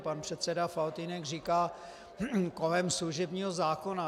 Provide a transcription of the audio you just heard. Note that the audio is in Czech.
Pan předseda Faltýnek říká kolem služebního zákona.